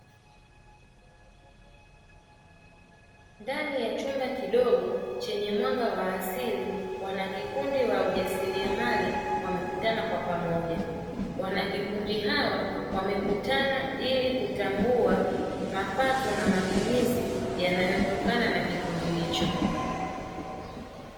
Ndani ya chumba kidogo chenye mwanga wa asili, wanakikundi wa ujasiriamali wamekutana kwa pamoja. Wanakikundi hawa wamekutana ili kutambua mapato na matumizi yanayotokana na kikundi hicho.